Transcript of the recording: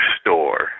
store